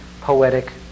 poetic